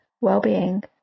well-being